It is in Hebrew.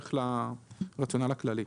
בהמשך לרציונל הכללי.